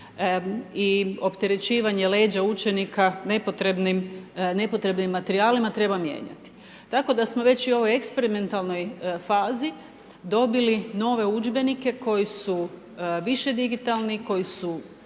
i opterećivanje leđa učenika nepotrebnim materijalima treba mijenjati. Tako da smo već i u ovom eksperimentalnoj fazi, dobili nove udžbenike, koji su više digitalni, koji su